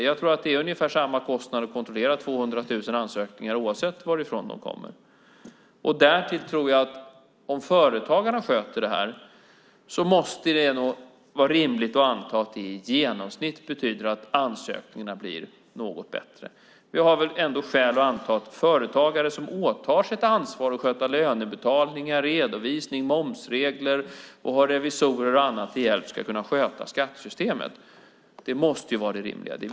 Jag tror att det är ungefär samma kostnad att kontrollera 200 000 ansökningar oavsett varifrån de kommer. Det måste vara rimligt att anta att om företagarna sköter det här blir ansökningarna i genomsnitt något bättre. Vi har väl skäl att anta att företagare som åtar sig ansvaret att sköta löneutbetalningar, redovisning och momsregler och som har revisorer med mera till hjälp ska kunna sköta skattesystemet. Det måste vara rimligt.